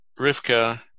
Rivka